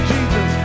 Jesus